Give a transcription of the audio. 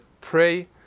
pray